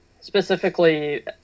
specifically